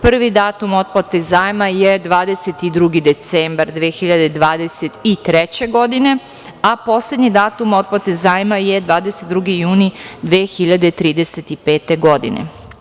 Prvi datum otplate zajma je 22. decembar 2023. godine, a poslednji datum otplate zajma je 22. jun 2035. godine.